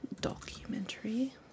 Documentary